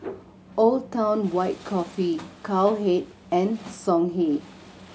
Old Town White Coffee Cowhead and Songhe